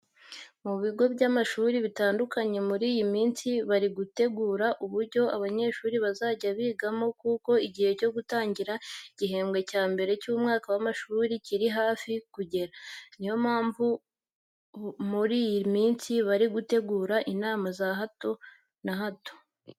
Mu bigo by'amashuri bitandukanye muri iyi minsi bari gutegura uburyo abanyeshuri bazajya bigamo kuko igihe cyo gutangira igihembwe cya mbere cy'umwaka w'amashuri kiri hafi kugera. Niyo mpamvu muri iyi minsi bari gutegura inama za hato na hato.